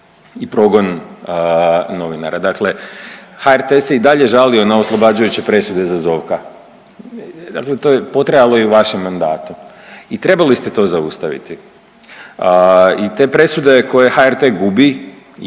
i progon novinara. Dakle HRT se i dalje žalio na oslobađajuće presude za Zovka, dakle to je potrajalo i u vašem mandatu i trebali ste to zaustaviti i te presude koje HRT gubi